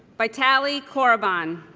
vitali coroban